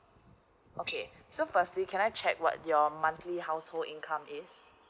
okay so firstly can I check what your monthly household income is